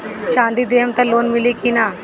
चाँदी देहम त लोन मिली की ना?